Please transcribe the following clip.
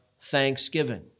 Thanksgiving